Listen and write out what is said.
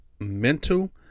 mental